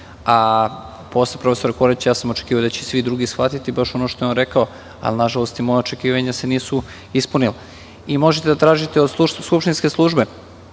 Posle profesora Koraća, ja sam očekivao da će svi drugi shvatiti baš ono što je on rekao, ali, nažalost, moja očekivanja se nisu ispunila. Vi možete da tražite od skupštinske službe